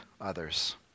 others